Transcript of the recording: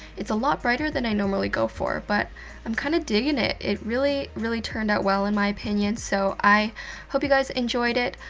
its a lot brighter than i normally go for, but i'm kind of diggin it. it really really turned out well, in my opinion. so i hope you guys enjoyed it.